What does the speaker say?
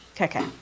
Okay